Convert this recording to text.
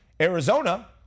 Arizona